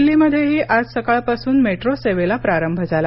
दिल्लीमध्येही आज सकाळपासून मेट्रोसेवेला प्रारंभ झाला